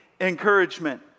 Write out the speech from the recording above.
encouragement